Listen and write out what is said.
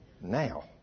Now